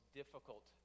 difficult